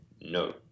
no